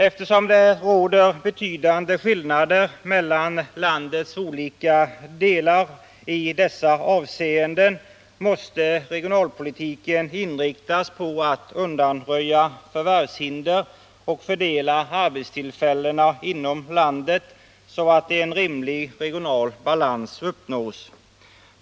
Eftersom det råder betydande skillnader mellan landets olika delar i dessa avseenden, måste regionalpolitiken inriktas på att undanröja förvärvshinder och fördela arbetstillfällena inom landet så att en rimlig regional balans uppnås.